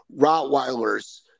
Rottweilers